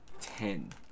ten